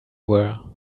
were